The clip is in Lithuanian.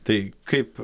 tai kaip